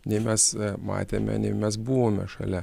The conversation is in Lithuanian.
nei mes matėme nei mes buvome šalia